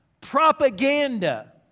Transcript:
propaganda